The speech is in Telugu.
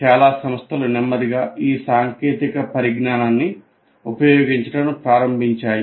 చాలా సంస్థలు నెమ్మదిగా ఈ సాంకేతిక పరిజ్ఞానాన్ని ఉపయోగించడం ప్రారంభించాయి